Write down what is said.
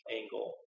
angle